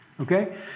Okay